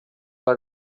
alla